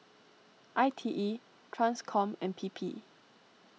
I T E Transcom and P P